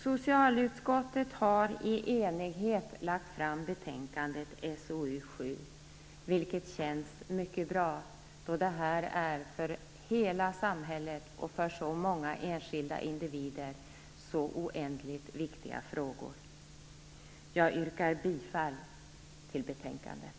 Socialutskottet har i enighet lagt fram betänkandet SoU7, vilket känns mycket bra, då det för hela samhället och för så många enskilda individer är så oändligt viktiga frågor. Jag yrkar bifall till hemställan i betänkandet.